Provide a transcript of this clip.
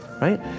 right